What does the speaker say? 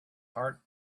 heart